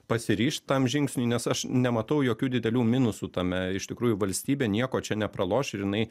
pasiryš tam žingsniui nes aš nematau jokių didelių minusų tame iš tikrųjų valstybė nieko čia nepraloš ir jinai